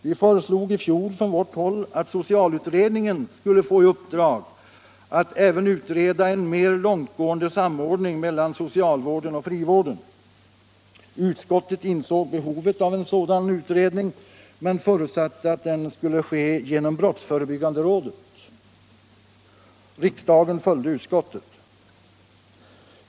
Vi från vårt håll föreslog i fjol att socialutredningen skulle få i uppdrag att även utreda en mer långtgående samordning mellan socialvården och frivården. Utskottet insåg behovet av en sådan utredning men förutsatte att den utredningen skulle ske genom brottsförebyggande rådet. Riksdagen följde utskottet.